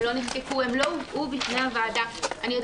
הם עוד לא נכתבו ואנחנו לא